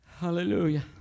Hallelujah